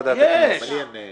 הוספת לנו בן אדם הרי.